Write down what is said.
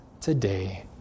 today